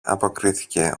αποκρίθηκε